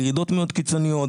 בירידות מאוד קיצוניות.